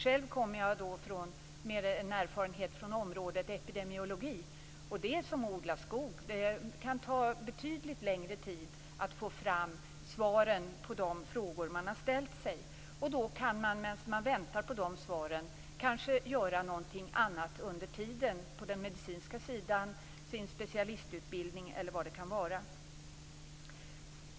Själv har jag erfarenhet från området epidemiologi. Det är som att odla skog. Det kan ta betydligt längre tid att få fram svaren på de frågor som man har ställt sig. Medan man väntar på de svaren kan man kanske göra någonting annat - på den medicinska sidan, på sin specialistutbildning eller vad det nu kan vara.